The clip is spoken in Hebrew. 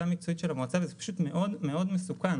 המקצועית של המועצה וזה פשוט מאוד מאוד מסוכן.